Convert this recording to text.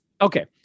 Okay